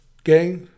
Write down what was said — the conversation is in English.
Okay